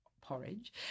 porridge